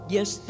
Yes